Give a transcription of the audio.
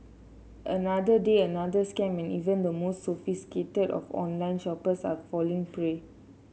another day another scam and even the most sophisticated of online shoppers are falling prey